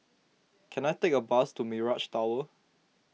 can I take a bus to Mirage Tower